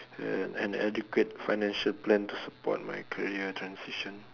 uh an adequate financial plan to support my career transition